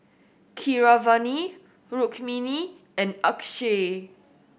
Keeravani Rukmini and Akshay